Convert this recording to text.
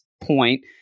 point